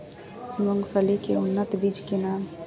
मूंगफली के उन्नत बीज के नाम?